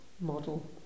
model